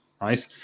right